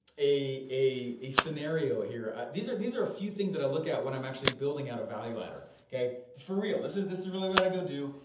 a a scenario here. these are these are a few things that i look at when i'm actually building out a value ladder, okay? for real, this is this is really what i go do.